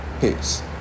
Peace